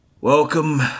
Welcome